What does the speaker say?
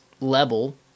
level